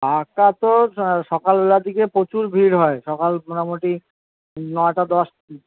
একটা তো সকালবেলার দিকে প্রচুর ভিড় হয় সকাল মোটামুটি নটা দশ